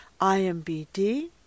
IMBD